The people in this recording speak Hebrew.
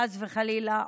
חס וחלילה,